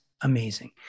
amazing